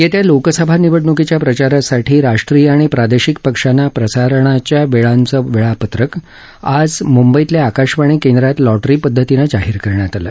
येत्या लोकसभा निवडणुकीच्या प्रचारासाठी राष्ट्रीय आणि प्रादेशिक पक्षांना प्रसारणाच्या वेळांचे वेळापत्रक आज मुंबईतल्या आकाशवाणी केंद्रात लॉटरी पद्धतीनं जाहीर करण्यात आले